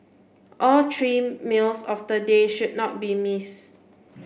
all three meals of the day should not be missed